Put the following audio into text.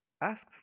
asked